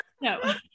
no